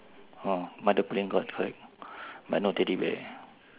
orh mother pulling got correct but no teddy bear